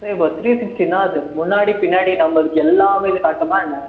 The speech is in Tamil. சார் இப்போ த்ரீ சிக்ஸ்ட்டின்னா அது முன்னாடி பின்னாடி நம்பளுக்கு எல்லாமே அது காட்டுமா என்ன